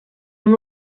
amb